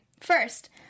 First